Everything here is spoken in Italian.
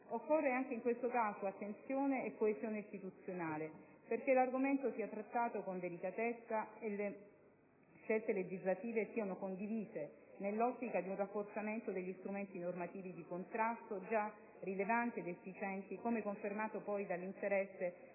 Occorrono anche in questo caso attenzione e coesione istituzionale, perché l'argomento sia trattato con delicatezza e le scelte legislative siano condivise, nell'ottica di un rafforzamento degli strumenti normativi di contrasto, già rilevanti ed efficienti, come confermato dall'interesse